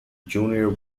junior